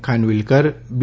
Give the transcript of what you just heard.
Khanwilkar બી